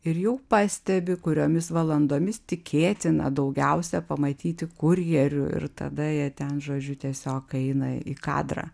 ir jau pastebi kuriomis valandomis tikėtina daugiausia pamatyti kurjerių ir tada jie ten žodžių tiesiog eina į kadrą